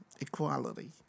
equality